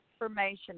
Information